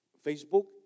Facebook